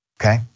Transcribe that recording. okay